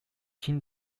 qin